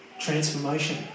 transformation